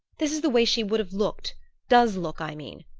this is the way she would have looked does look, i mean.